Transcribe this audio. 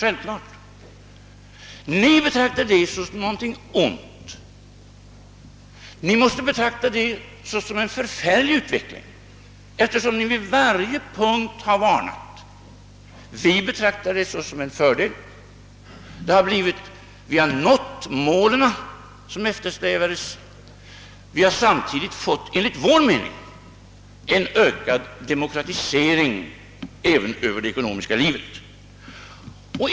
Inom borgerligheten måste ni betrakta detta som en förfärlig utveckling, eftersom ni vid varje punkt har varnat. Vi betraktar det såsom en fördel. Vi har nått de mål som eftersträvades, och vi har samtidigt enligt vår mening fått till stånd en ökad demokratisering även av det ekonomiska livet.